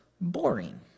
boring